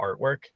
artwork